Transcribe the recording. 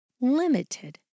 limited